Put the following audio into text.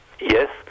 Yes